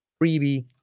freebie